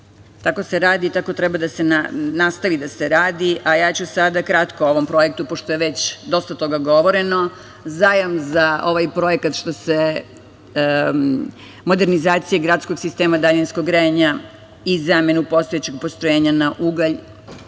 Tako se radi i tako treba da se nastavi da se radi, a ja ću sada kratko o ovom projektu, pošto je već dosta toga govoreno. Zajam za ovaj projekat, što se modernizacije gradskog sistema daljinskog grejanja i zamenu postojećeg postrojenja na ugalj